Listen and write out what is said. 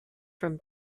from